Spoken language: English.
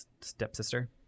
stepsister